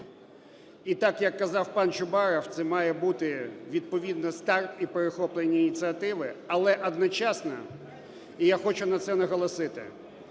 І, так як казав пан Чубаров, це має бути відповідно старт і перехоплення ініціативи. Але одночасно, і я хочу на цьому наголосити,